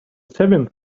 seventh